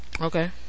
Okay